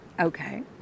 Okay